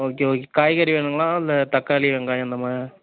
okay okay காய்கறி வேணுங்களா இல்லை தக்காளி வெங்காயம் இந்தமாதிரி